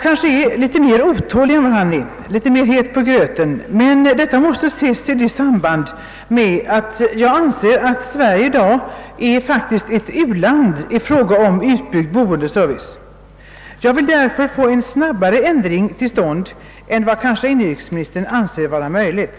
Kanske är jag litet mer otålig än statsrådet — litet mer het på gröten -— men detta måste ses i samband med att jag anser att Sverige i dag faktiskt är ett u-land i fråga om utbyggd boendeservice. Jag vill därför få en snabbare ändring till stånd än vad inrikesministern kanhända anser vara möjligt.